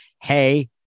hey